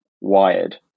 wired